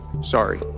sorry